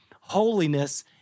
holiness